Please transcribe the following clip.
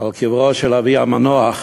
לקברו של אבי המנוח,